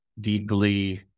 deeply